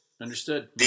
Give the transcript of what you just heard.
Understood